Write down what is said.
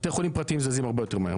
בתי חולים פרטיים זזים הרבה יותר מהר,